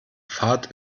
fahrt